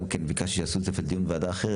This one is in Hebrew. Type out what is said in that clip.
כן ביקשתי לעשות על זה דיון בוועדה אחרת,